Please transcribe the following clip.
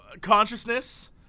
consciousness